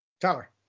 Tyler